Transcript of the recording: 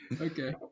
okay